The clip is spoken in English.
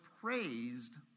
praised